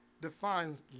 defines